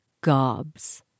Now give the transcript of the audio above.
gobs